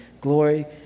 Glory